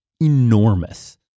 enormous